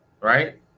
Right